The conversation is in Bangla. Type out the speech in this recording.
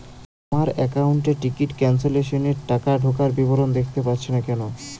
আমার একাউন্ট এ টিকিট ক্যান্সেলেশন এর টাকা ঢোকার বিবরণ দেখতে পাচ্ছি না কেন?